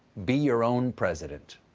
be your own president.